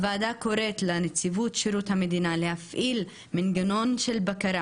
הוועדה קוראת לנציבות שירות המדינה להפעיל מנגנון בקרה